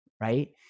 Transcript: Right